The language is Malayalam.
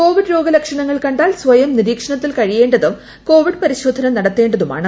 കോവിഡ് രോഗ ലക്ഷണങ്ങൾ കണ്ടാൽ സ്വയം നിരീക്ഷണത്തിൽ കഴിയേണ്ടതും കോവിഡ് പരിശോധന നടത്തേണ്ടതുമാണ്